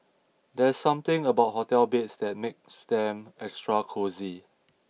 there's something about hotel beds that makes them extra cosy